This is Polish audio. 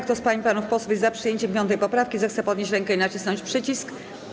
Kto z pań i panów posłów jest za przycięciem 5. poprawki, zechce podnieść rękę i nacisnąć przycisk.